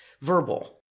verbal